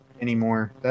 anymore